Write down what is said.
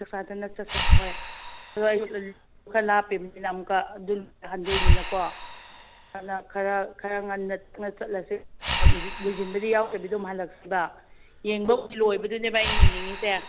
ꯆꯥꯛ ꯆꯥꯗꯅ ꯆꯠꯁꯦ ꯍꯣꯏ ꯑꯗꯣ ꯑꯩꯁꯨ ꯈꯔ ꯂꯥꯞꯄꯤꯕꯅꯤꯅ ꯑꯃꯨꯛꯀ ꯑꯗꯨꯒ ꯌꯨꯝ ꯍꯟꯗꯣꯏꯅꯤꯅꯀꯣ ꯑꯗꯨꯅ ꯈꯔ ꯈꯔ ꯉꯟꯅ ꯆꯠꯂꯁꯤ ꯂꯣꯏꯁꯤꯟꯕꯗꯤ ꯌꯥꯎꯗꯕꯤꯗ ꯑꯗꯨꯝ ꯍꯜꯂꯛꯁꯤꯕ ꯌꯦꯡꯕꯕꯨꯗꯤ ꯂꯣꯏꯕꯗꯨꯅꯦꯕ ꯑꯩꯅ ꯌꯦꯡꯅꯤꯡꯉꯤꯁꯦ